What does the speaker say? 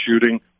shooting